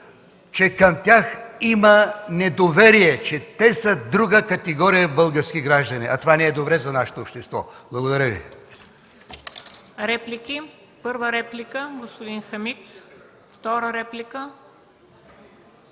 че към тях има недоверие, че те са друга категория български граждани, а това не е добре за нашето общество. Благодаря Ви.